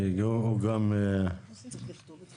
גוש 13689 -חלקי חלקות 1 3,